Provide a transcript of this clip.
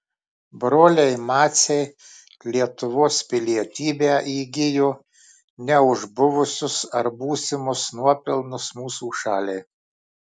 broliai maciai lietuvos pilietybę įgijo ne už buvusius ar būsimus nuopelnus mūsų šaliai